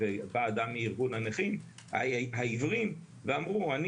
ובא אדם מארגון הנכים העיוורים ואמרו אני